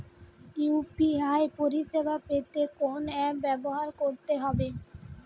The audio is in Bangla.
ইউ.পি.আই পরিসেবা পেতে কোন অ্যাপ ব্যবহার করতে হবে?